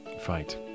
fight